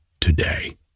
today